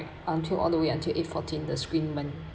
until all the way until eight fourteen the screen went